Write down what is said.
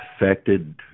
affected